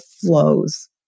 flows